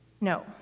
No